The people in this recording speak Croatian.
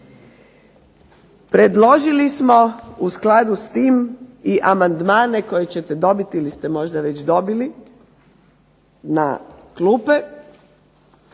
Predložili smo u skladu s tim i amandmane koje ćete dobiti ili ste možda već dobili na klupe